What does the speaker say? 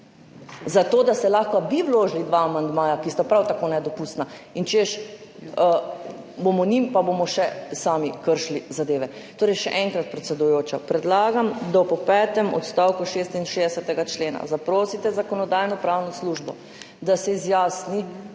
Zato da ste lahko vi vložili dva amandmaja, ki sta prav tako nedopustna, češ, bomo njim pa bomo še sami kršili zadeve. Še enkrat, predsedujoča, predlagam, da po petem odstavku 66. člena zaprosite Zakonodajno-pravno službo, da se izjasni